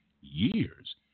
years